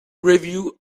review